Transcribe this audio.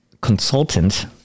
consultant